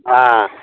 ہاں